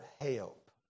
help